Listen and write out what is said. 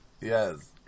Yes